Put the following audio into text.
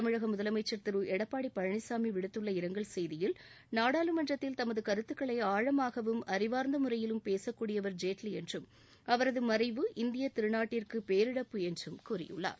தமிழக முதலமைச்சர் திரு எடப்பாடி பழனிசாமி விடுத்துள்ள இரங்கல் செய்தியில் நாடாளுமன்றத்தில் தமது கருத்துக்களை ஆழமாகவும் அறிவார்ந்த முறையிலும் பேசக்கூடியவர் ஜேட்லி என்றும் அவரது மறைவு இந்திய திருநாட்டிற்கு பேரிழப்பு என்று கூறியுள்ளார்